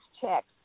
checks